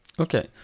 Okay